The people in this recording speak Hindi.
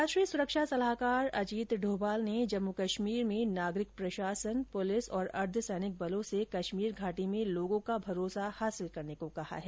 राष्ट्रीय सुरक्षा सलाहकार अजित डोभाल ने जम्मू कश्मीर में नागरिक प्रशासन पुलिस और अर्द्वसैनिक बलों से कश्मीर घाटी में लोगों का मरोसा हासिल करने को कहा है